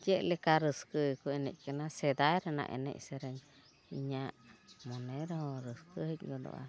ᱪᱮᱫ ᱞᱮᱠᱟ ᱨᱟᱹᱥᱠᱟᱹ ᱜᱮᱠᱚ ᱮᱱᱮᱡ ᱠᱟᱱᱟ ᱥᱮᱫᱟᱭ ᱨᱮᱱᱟᱜ ᱮᱱᱮᱡ ᱥᱮᱨᱮᱧ ᱤᱧᱟᱹᱜ ᱢᱚᱱᱮ ᱨᱮᱦᱚᱸ ᱨᱟᱹᱥᱠᱟᱹ ᱦᱮᱡ ᱜᱚᱫᱚᱜᱼᱟ